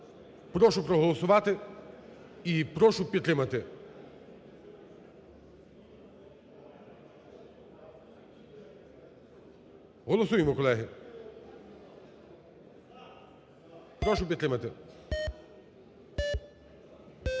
Прошу проголосувати і прошу підтримати. Голосуємо, колеги. Прошу підтримати.